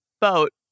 boat